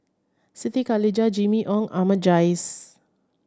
Siti Khalijah Jimmy Ong Ahmad Jais